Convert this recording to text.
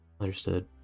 Understood